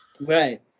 Right